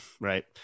right